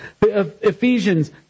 Ephesians